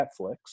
Netflix